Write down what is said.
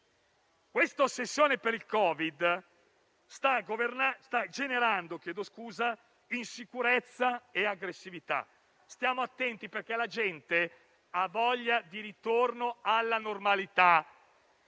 L'ossessione per il Covid sta generando insicurezza e aggressività. Stiamo attenti perché la gente ha voglia di ritornare alla normalità